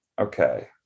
Okay